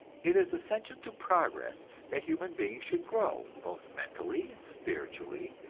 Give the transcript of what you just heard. it is essential to progress that human beings should grow, both mentally and spiritually,